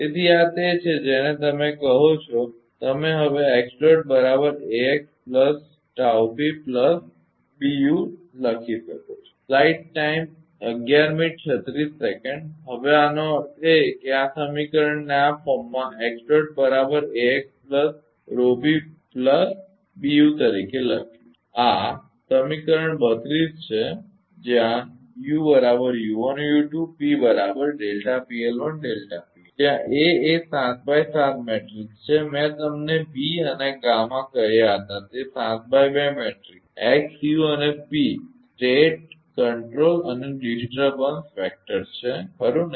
તેથી આ તે છે જેને તમે કહો છો કે તમે હવે લખી શકો છો હવે આનો અર્થ એ કે આ સમીકરણને આ ફોર્મમાં તરીકે લખ્યું છે આ સમીકરણ 32 છે જ્યાં જ્યાં A એ 7x7 મેટ્રિક્સ છે મેં તમને બી અને ગામા કહ્યા હતા તે 7x2 મેટ્રિકસ છે x u અને p સ્ટેટ કંટ્રોલ અને ડિસ્ટર્બન્સ વેક્ટર છે ખરુ ને